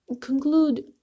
conclude